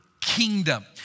kingdom